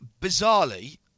Bizarrely